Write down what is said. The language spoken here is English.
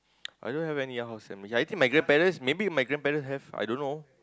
I don't have any house in Malaysia I think my grandparents maybe my grandparents have I don't know